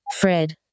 Fred